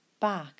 back